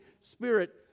Spirit